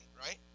right